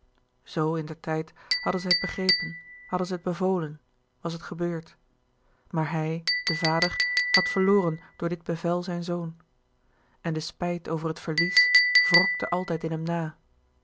zoo in der tijd hadden zij het begrepen hadden zij het bevolen was het gebeurd maar hij de vader had verloren door dit bevel zijn zoon en de spijt over het verlies wrokte altijd in hem na